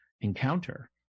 encounter